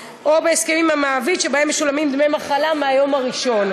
בהסכמים עם המעביד שבהם משולמים דמי מחלה מהיום הראשון.